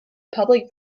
public